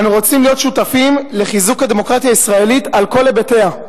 אנו רוצים להיות שותפים לחיזוק הדמוקרטיה הישראלית על כל היבטיה.